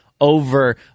over